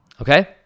okay